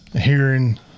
hearing